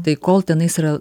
tai kol tenais yra